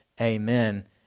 Amen